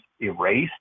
erased